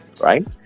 right